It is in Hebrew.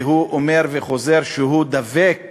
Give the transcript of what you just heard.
והוא אומר וחוזר שהוא דבק